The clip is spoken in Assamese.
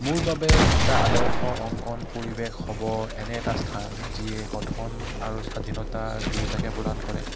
মোৰ বাবে এটা আদৰ্শ অংকন পৰিৱেশ হ'ব এনে এটা স্থান যিয়ে গঠন আৰু স্বাধীনতা দুয়োটাকে প্ৰদান কৰে